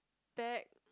back